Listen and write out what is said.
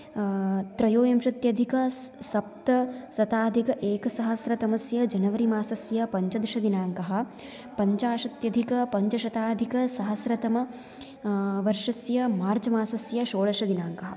त्रयोविंशत्यधिकसप्तशताधिक एकसहस्रतमस्य जनवरी मासस्य पञ्चदशदिनाङ्कः पञ्चाशत्यधिक पञ्चशताधिकसहस्रतमवर्षस्य मार्च् मासस्य षोडशदिनाङ्कः